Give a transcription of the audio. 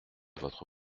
votre